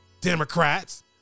Democrats